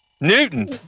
Newton